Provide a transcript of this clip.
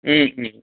ও ও